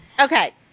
Okay